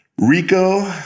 Rico